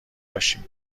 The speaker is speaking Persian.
باشیم